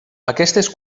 aquestes